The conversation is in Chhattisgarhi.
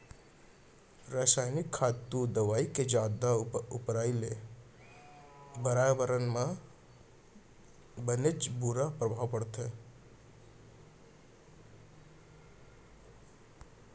रसायनिक खातू, दवई के जादा बउराई ले परयाबरन म बनेच बुरा परभाव परथे